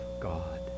God